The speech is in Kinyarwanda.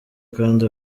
kandi